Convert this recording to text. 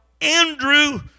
Andrew